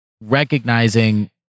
recognizing